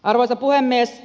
arvoisa puhemies